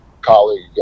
colleague